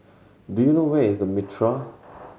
do you know where is The Mitraa